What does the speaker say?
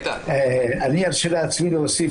גם זה קשור לדוח מבקר המדינה ואנחנו עושים